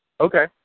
Okay